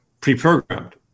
pre-programmed